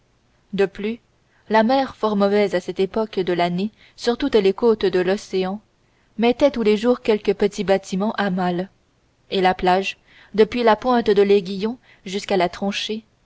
de plus la mer fort mauvaise à cette époque de l'année sur toutes les côtes de l'océan mettait tous les jours quelque petit bâtiment à mal et la plage depuis la pointe de l'aiguillon jusqu'à la tranchée